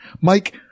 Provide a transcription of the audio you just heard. Mike